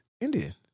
Indian